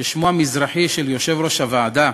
ששמו המזרחי של יושב-ראש הוועדה,